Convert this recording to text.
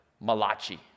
Malachi